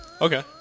Okay